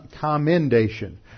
commendation